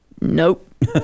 Nope